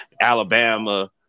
Alabama